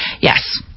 Yes